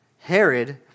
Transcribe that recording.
Herod